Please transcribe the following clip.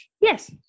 yes